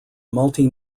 multi